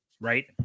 right